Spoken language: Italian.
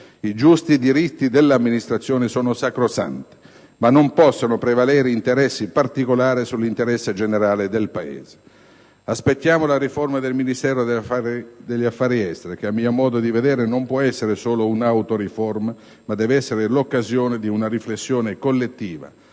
i giusti diritti dell'amministrazione sono sacrosanti, ma non possono prevalere interessi particolari sull'interesse generale del Paese. Aspettiamo la riforma del Ministero degli affari esteri, che a mio modo di vedere non può solo essere un'autoriforma, ma deve essere l'occasione di una riflessione collettiva,